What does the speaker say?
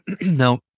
now